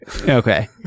Okay